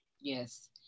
Yes